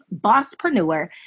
bosspreneur